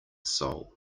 soul